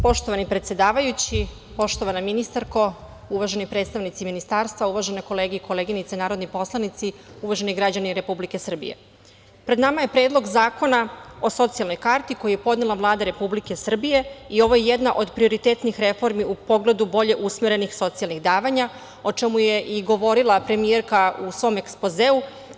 Poštovani predsedavajući, poštovana ministarko, uvaženi predstavnici ministarstva, uvažene kolege i koleginice narodni poslanici, uvaženi građani Republike Srbije, pred nama je Predlog zakona o socijalnoj karti, koji je podnela Vlada Republike Srbije i ovo je jedna od prioritetnih reformi u pogledu bolje usmerenih socijalnih davanja, o čemu je i govorila premijerka u svom Ekspozeu.